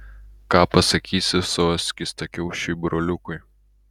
ką pasakysi savo skystakiaušiui broliukui